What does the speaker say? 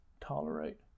tolerate